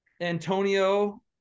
Antonio